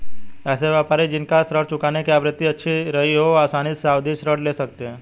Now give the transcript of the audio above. ऐसे व्यापारी जिन का ऋण चुकाने की आवृत्ति अच्छी रही हो वह आसानी से सावधि ऋण ले सकते हैं